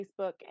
Facebook